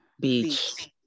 beach